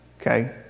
okay